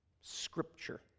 Scripture